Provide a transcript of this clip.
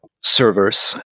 servers